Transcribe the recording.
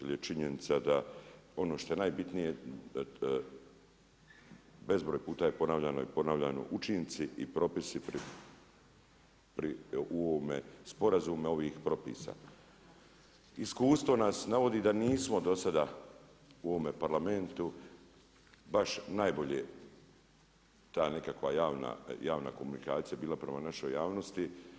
Ono što je najbitnije bezbroj puta je ponavljano i ponavljano, učinci i propisi u ovome sporazumu ovih propisa iskustvo nas navodi da nismo do sada u ovome Parlamentu baš najbolje ta nekakva javna komunikacija bila prema našoj javnosti.